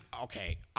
Okay